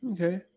Okay